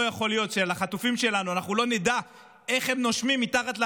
לא יכול להיות שלא נדע איך החטופים שלנו נושמים מתחת לאדמה,